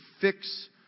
fix